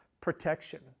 protection